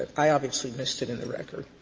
i obviously missed it in the record.